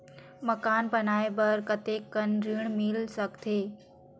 मकान बनाये बर कतेकन ऋण मिल सकथे?